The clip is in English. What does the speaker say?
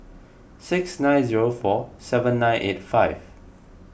six nine zero four seven nine eight five